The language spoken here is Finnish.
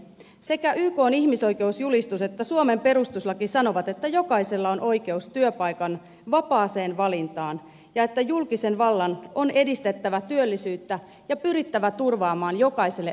sekä ykn ihmisoikeusjulistus että suomen perustuslaki sanovat että jokaisella on oikeus työpaikan vapaaseen valintaan ja että julkisen vallan on edistettävä työllisyyttä ja pyrittävä turvaamaan jokaiselle oikeus työhön